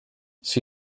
she